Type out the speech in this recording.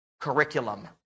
curriculum